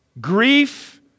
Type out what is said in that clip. grief